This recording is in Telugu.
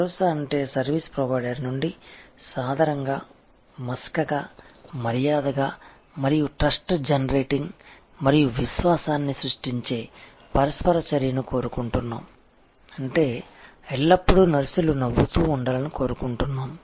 భరోసా అంటే సర్వీస్ ప్రొవైడర్ నుండి సాదరంగా మసకగా మర్యాదగా మరియు ట్రస్ట్ జనరేటింగ్ మరియు విశ్వాసాన్ని సృష్టించే పరస్పర చర్యను కోరుకుంటున్నాము అంటే ఎల్లప్పుడూ నర్సులు నవ్వుతూ ఉండాలని కోరుకుంటున్నాము